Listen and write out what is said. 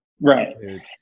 Right